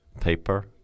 Paper